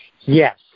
Yes